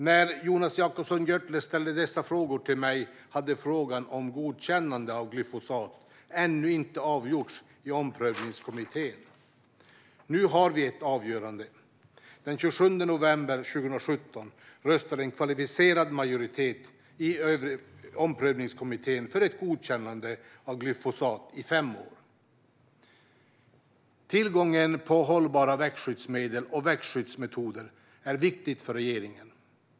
När Jonas Jacobsson Gjörtler ställde dessa frågor till mig hade frågan om godkännande av glyfosat ännu inte avgjorts i omprövningskommittén. Nu har vi ett avgörande. Den 27 november 2017 röstade en kvalificerad majoritet i omprövningskommittén för ett godkännande av glyfosat i fem år. Tillgången på hållbara växtskyddsmedel och växtskyddsmetoder är viktig för regeringen.